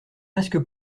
presque